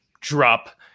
drop